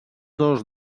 dos